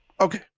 Okay